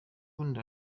ubundi